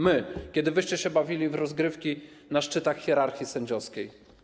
My - kiedy wyście się bawili w rozgrywki na szczytach hierarchii sędziowskiej.